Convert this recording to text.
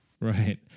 Right